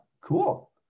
Cool